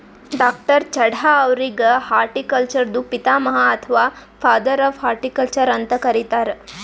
ಡಾ.ಚಢಾ ಅವ್ರಿಗ್ ಹಾರ್ಟಿಕಲ್ಚರ್ದು ಪಿತಾಮಹ ಅಥವಾ ಫಾದರ್ ಆಫ್ ಹಾರ್ಟಿಕಲ್ಚರ್ ಅಂತ್ ಕರಿತಾರ್